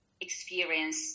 experience